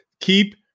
Keep